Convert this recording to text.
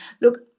Look